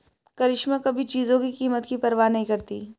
करिश्मा कभी चीजों की कीमत की परवाह नहीं करती